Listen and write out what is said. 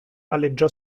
aleggiò